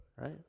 Right